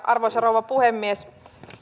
arvoisa rouva puhemies